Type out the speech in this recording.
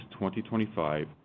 2025